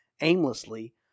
aimlessly